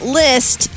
list